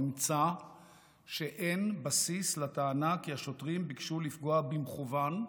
נמצא שאין ביסוס לטענה כי השוטרים ביקשו לפגוע במכוון,